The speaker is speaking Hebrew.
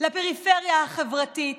לפריפריה החברתית,